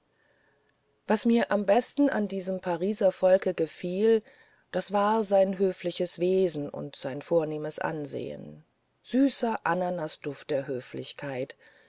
was mir am besten an diesem pariser volke gefiel das war sein höfliches wesen und sein vornehmes ansehen süßer ananasduft der höflichkeit